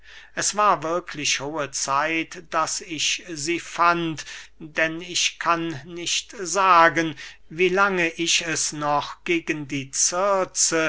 es war wirklich hohe zeit daß ich sie fand denn ich kann nicht sagen wie lange ich es noch gegen die